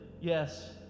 yes